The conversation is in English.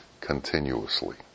continuously